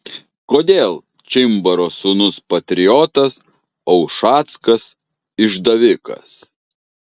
kodėl čimbaro sūnus patriotas o ušackas išdavikas